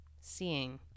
seeing